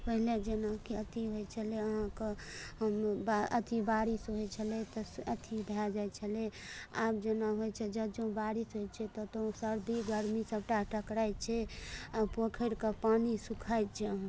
समय जेनाकि अथी होइत छलै अहाँकऽ हम नही अथी बारिश होइत छलै तऽ अथी भए जाइत छलै आब जेना होइत छै जखन यदि बारिश होइत छै तऽ ओ सर्दी गर्मी सबटा टकड़ाइत छै आ पोखरिके पानि सुखाइत छै अहाँकऽ